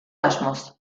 asmoz